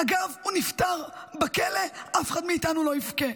אגב, הוא נפטר בכלא, אף אחד מאיתנו לא יבכה.